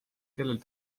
kellel